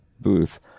booth